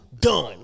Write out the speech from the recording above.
done